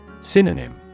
Synonym